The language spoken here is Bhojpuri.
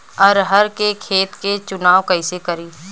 अरहर के खेत के चुनाव कईसे करी?